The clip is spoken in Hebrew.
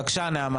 בבקשה.